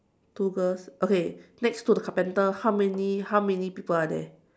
two girls okay next to the carpenter how many how many people are there